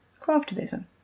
Craftivism